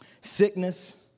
Sickness